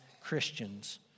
Christians